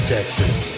Texas